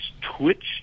twitch